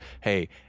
hey